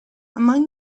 among